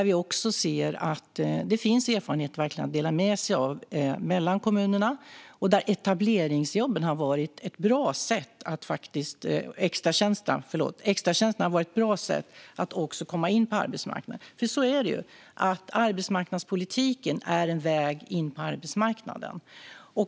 Vi ser att det finns erfarenheter att dela med sig av mellan kommunerna, och extratjänsterna har varit ett bra sätt att komma in på arbetsmarknaden. Arbetsmarknadspolitiken är en väg in på arbetsmarknaden.